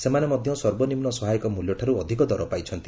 ସେମାନେ ମଧ୍ୟ ସର୍ବନିମ୍ନ ସହାୟକ ମୂଲ୍ୟଠାରୁ ଅଧିକ ଦର ପାଇଛନ୍ତି